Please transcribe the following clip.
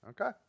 Okay